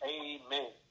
amen